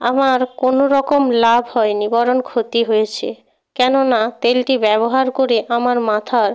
আমার কোনোরকম লাভ হয়নি বরং ক্ষতি হয়েছে কেননা তেলটি ব্যবহার করে আমার মাথার